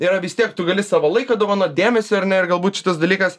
yra vis tiek tu gali savo laiką dovanot dėmesį ar ne ir galbūt šitas dalykas